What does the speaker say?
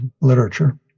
literature